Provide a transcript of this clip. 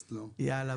תודה.